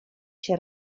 się